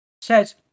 Says